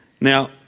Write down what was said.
Now